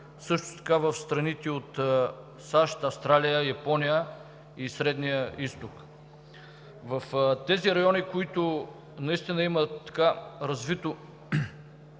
също така в САЩ, Австралия, Япония и Средния Изток. В тези райони, в които наистина има развито